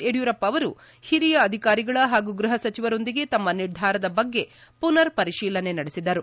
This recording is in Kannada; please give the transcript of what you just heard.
ಯಡಿಯೂರಪ್ಪ ಅವರು ಹಿರಿಯ ಅಧಿಕಾರಿಗಳ ಹಾಗೂ ಗೃಹ ಸಚಿವರೊಂದಿಗೆ ತಮ್ನ ನಿರ್ಧಾರದ ಬಗ್ಗೆ ಪುನರ್ ಪರಿಶೀಲನೆ ನಡೆಸಿದರು